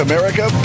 America